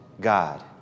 God